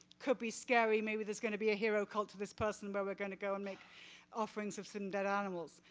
could be scary, maybe there's going to be a hero cult to this person where we're going to go and make offerings of some dead animals.